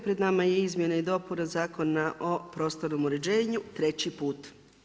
Pred nama je izmjene i dopune Zakona o prostornom uređenju treći put.